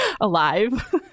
alive